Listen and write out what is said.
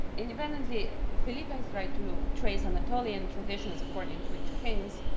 independently, felipe's tried to trace anatolian traditions according to which kings